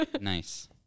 Nice